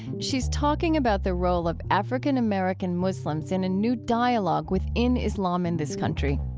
she's talking about the role of african-american muslims in a new dialogue within islam in this country.